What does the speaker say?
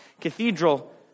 Cathedral